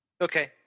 Okay